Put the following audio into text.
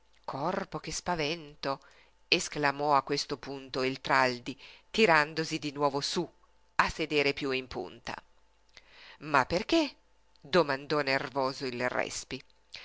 corpo che spavento esclamò a questo punto il traldi tirandosi di nuovo sú a sedere piú in punta ma perché domandò nervoso il respi